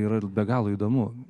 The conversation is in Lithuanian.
yra be galo įdomu